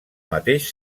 mateix